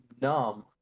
numb